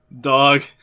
dog